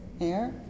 air